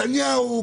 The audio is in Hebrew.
נתניהו,